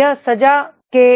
यह सजा के